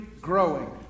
growing